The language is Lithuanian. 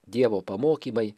dievo pamokymai